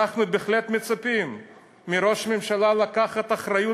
אנחנו בהחלט מצפים מראש ממשלה לקחת אחריות,